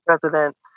president